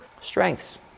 strengths